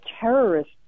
terrorist